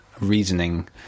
reasoning